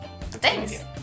Thanks